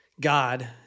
God